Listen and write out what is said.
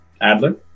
Adler